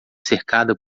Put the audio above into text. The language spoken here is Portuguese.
cercada